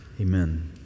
Amen